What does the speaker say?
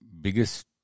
biggest